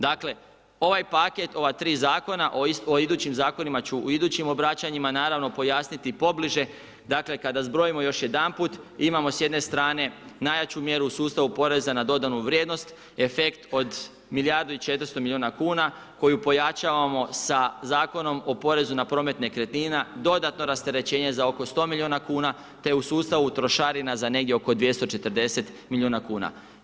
Dakle, ovaj paket, ova tri zakona, o idućim zakonima ću, u idućim obraćanjima naravno pojasniti pobliže dakle, kada zbrojimo još jedanput, imamo s jedne strane, najjaču mjeru u sustavu poreza na dodanu vrijednost, efekt od milijardu i 400 milijuna kuna, koju pojačavamo sa Zakonom o porezu na promet nekretnina, dodatno rasterećenje za oko 100 milijuna kuna, te u sustavu trošarina za negdje 240 milijuna kuna.